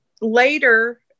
Later